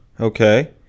okay